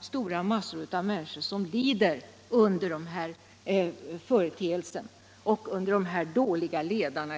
stora massor av människor som lider under dessa företeelser och under dessa dåliga ledare.